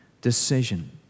decision